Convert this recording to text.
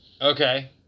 Okay